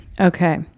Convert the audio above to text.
Okay